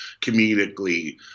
Comedically